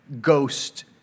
ghost